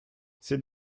c’est